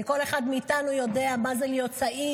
כי כל אחד מאיתנו יודע מה זה להיות צעיר,